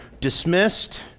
dismissed